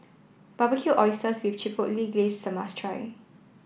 Barbecued Oysters with Chipotle Glaze is a must try